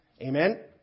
Amen